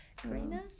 Karina